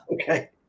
Okay